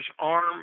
arm